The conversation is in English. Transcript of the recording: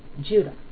Judah